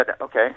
okay